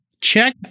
check